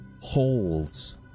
holes